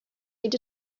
need